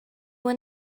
will